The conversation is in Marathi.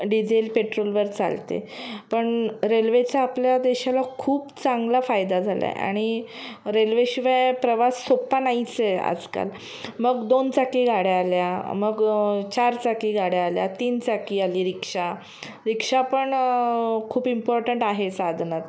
डीजेल पेट्रोलवर चालते पण रेल्वेचा आपल्या देशाला खूप चांगला फायदा झाला आहे आणि रेल्वेशिवाय प्रवास सोपा नाहीच आहे आजकाल मग दोन चाकी गाड्या आल्या मग चार चाकी गाड्या आल्या तीन चाकी आली रिक्षा रिक्षा पण खूप इम्पॉर्टंट आहे साधनात